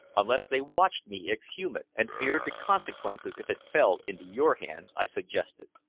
unless they watched me exhume it, and feared the consequences if it fell into your hands, i suggested.